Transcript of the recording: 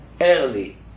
early